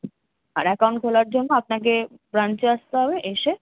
আর account খোলার জন্য আপনাকে ব্রাঞ্চে আসতে হবে এসে